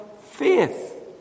faith